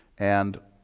and